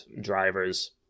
drivers